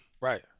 Right